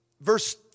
Verse